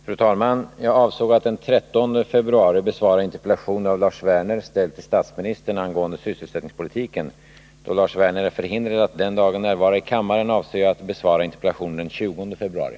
Fru talman! Jag avsåg att den 13 februari besvara en interpellation av Lars — industriföretags Werner, ställd till statsministern, angående sysselsättningspolitiken. Då Lars verksamhet Werner är förhindrad att den dagen närvara i kammaren avser jag att besvara interpellationen den 20 februari.